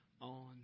on